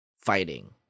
fighting